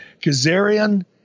Kazarian